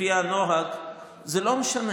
לפי הנוהג, זה לא משנה.